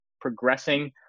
progressing